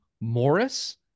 Morris